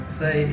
say